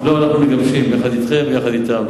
לא, מגבשים, יחד אתכם ויחד אתם.